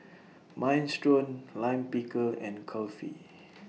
Minestrone Lime Pickle and Kulfi